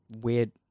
weird